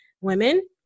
women